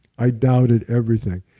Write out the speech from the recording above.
i doubted everything.